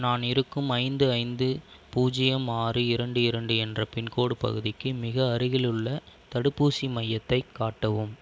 நான் இருக்கும் ஐந்து ஐந்து பூஜ்ஜியம் ஆறு இரண்டு இரண்டு என்ற பின்கோடு பகுதிக்கு மிக அருகிலுள்ள தடுப்பூசி மையத்தை காட்டவும்